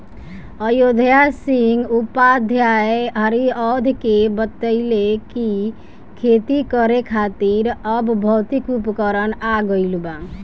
अयोध्या सिंह उपाध्याय हरिऔध के बतइले कि खेती करे खातिर अब भौतिक उपकरण आ गइल बा